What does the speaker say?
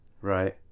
Right